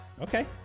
Okay